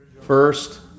First